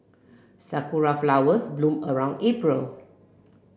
sakura flowers bloom around April